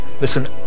Listen